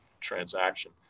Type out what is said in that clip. transaction